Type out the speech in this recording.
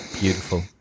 Beautiful